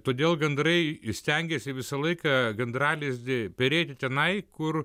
todėl gandrai stengiasi visą laiką gandralizdį perėti tenai kur